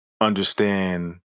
understand